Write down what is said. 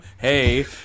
hey